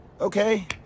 okay